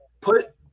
put